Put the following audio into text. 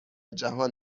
جهان